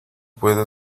puedo